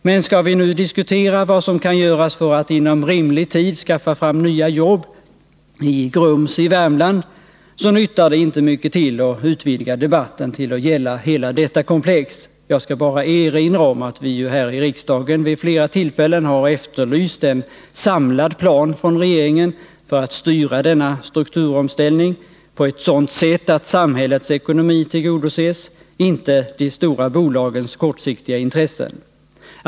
Men skall vi nu diskutera vad som kan göras för att inom rimlig tid skaffa fram nya jobb i Grums i Värmland, så nyttar det inte mycket till att utvidga debatten till att gälla hela detta komplex. Jag skall bara erinra om att vi ju här i riksdagen vid flera tillfällen har efterlyst en samlad plan från regeringen för att styra denna strukturomställning på ett sådant sätt att samhällets ekonomi tillgodoses — inte de stora bolagens kortsiktiga intressen.